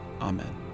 Amen